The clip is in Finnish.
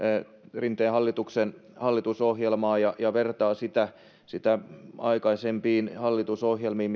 rinteen hallituksen hallitusohjelmaa ja vertaa sitä sitä aikaisempiin hallitusohjelmiin